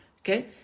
okay